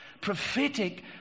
Prophetic